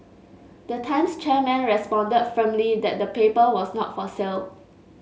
the Times chairman respond that firmly that the paper was not for sale